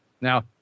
now